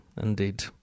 Indeed